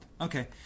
Okay